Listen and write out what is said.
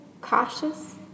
cautious